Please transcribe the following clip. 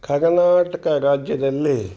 ಕರ್ನಾಟಕ ರಾಜ್ಯದಲ್ಲಿ